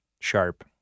sharp